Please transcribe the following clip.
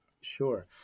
Sure